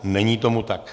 Není tomu tak.